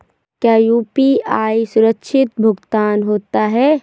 क्या यू.पी.आई सुरक्षित भुगतान होता है?